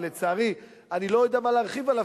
ולצערי אני לא יודע מה להרחיב עליו,